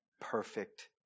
perfect